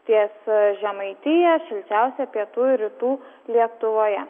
ties žemaitija šilčiausia pietų ir rytų lietuvoje